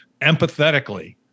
empathetically